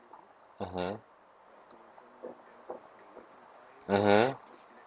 mmhmm mmhmm